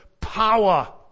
power